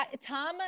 Tom